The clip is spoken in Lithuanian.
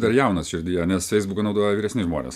dar jaunas širdyje nes feisbuką naudoja vyresni žmonės